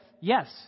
yes